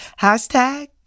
Hashtag